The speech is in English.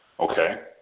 Okay